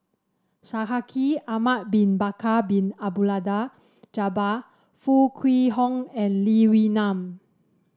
Shaikh Ahmad Bin Bakar Bin Abdullah Jabbar Foo Kwee Horng and Lee Wee Nam